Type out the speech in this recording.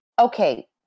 okay